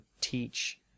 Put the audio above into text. teach